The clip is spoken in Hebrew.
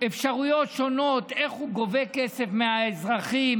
אפשרויות שונות איך הוא גובה כסף מהאזרחים,